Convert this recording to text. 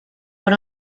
por